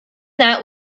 that